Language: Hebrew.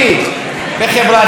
לסבול,